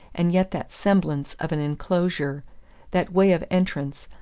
and yet that semblance of an enclosure that way of entrance,